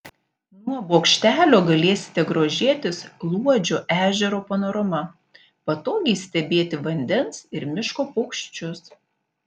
nuo bokštelio galėsite grožėtis luodžio ežero panorama patogiai stebėti vandens ir miško paukščius